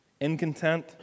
incontent